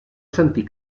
sentir